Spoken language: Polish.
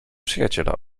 przyjaciela